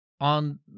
on